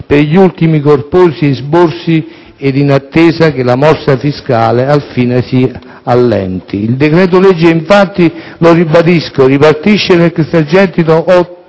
per gli ultimi corposi esborsi e in attesa che la morsa fiscale alla fine si allenti. Il decreto, infatti - lo ribadisco - ripartisce l'extragettito o